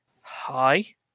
Hi